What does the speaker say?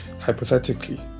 hypothetically